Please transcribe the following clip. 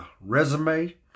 resume